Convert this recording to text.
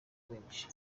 benshi